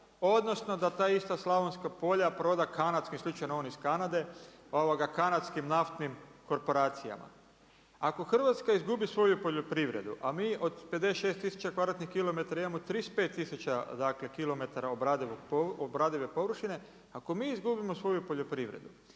odnosno da ta ista slavonska polja proda kanadskim, jel je slučajno on iz Kanade kanadskim naftnim korporacijama. Ako Hrvatska izgubi svoju poljoprivredu, a mi od 56 tisuća kvadratnih kilometara imamo 35 tisuća kilometara obradive površine, ako mi izgubimo svoju poljoprivredu,